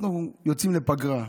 אנחנו יוצאים לפגרה.